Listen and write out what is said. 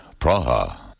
Praha